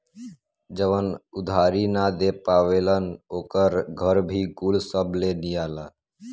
जवन उधारी ना दे पावेलन ओकर घर भी कुल सब ले लियाला